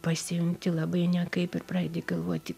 pasijunti labai nekaip ir pradedi galvoti